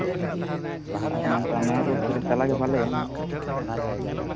ᱟᱨ ᱱᱚᱝᱠᱟ ᱢᱮᱱ ᱨᱳᱰᱨᱮ ᱪᱟᱞᱟᱣᱜᱮ ᱵᱷᱟᱞᱮᱭᱟ